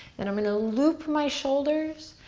then i'm gonna loop my shoulders,